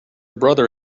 brother